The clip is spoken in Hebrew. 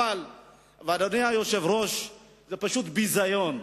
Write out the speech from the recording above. אדוני היושב-ראש, זה פשוט ביזיון.